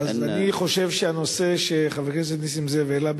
אני חושב שהנושא שחבר הכנסת נסים זאב העלה,